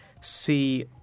see